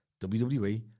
WWE